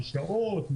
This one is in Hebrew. הרשאות,